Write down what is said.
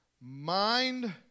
mind